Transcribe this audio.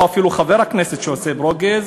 או אפילו חבר הכנסת שעושה ברוגז,